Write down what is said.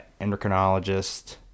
endocrinologist